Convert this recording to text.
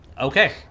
Okay